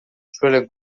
suelen